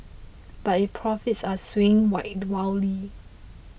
but its profits are swinging wide wildly